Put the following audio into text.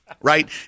Right